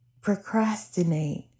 procrastinate